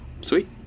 Sweet